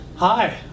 Hi